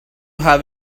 have